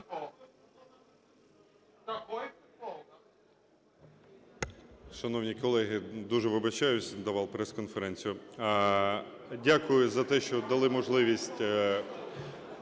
Шановні колеги, дуже вибачаюсь, давав прес-конференцію. Дякую за те, що дали можливість...